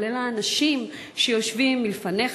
כולל האנשים שיושבים מלפניך,